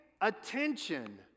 attention